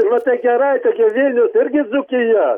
nu tai gerai tai vilnius irgi dzūkija